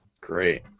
great